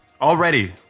Already